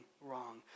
wrong